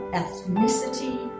ethnicity